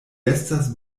estas